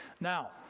Now